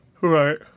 Right